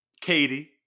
Katie